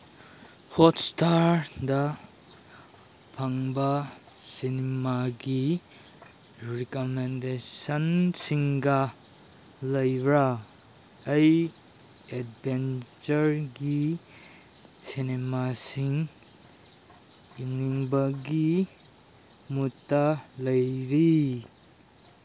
ꯍꯣꯠꯏꯁꯇꯥꯔꯗ ꯐꯪꯕ ꯁꯤꯅꯤꯃꯥꯒꯤ ꯔꯤꯀꯃꯦꯟꯗꯦꯁꯟꯁꯤꯡꯒ ꯂꯩꯕ꯭ꯔꯥ ꯑꯩ ꯑꯦꯗꯚꯦꯟꯆꯔꯒꯤ ꯁꯦꯅꯦꯃꯥꯁꯤꯡ ꯌꯦꯡꯅꯤꯡꯕꯒꯤ ꯃꯨꯠꯇ ꯂꯩꯔꯤ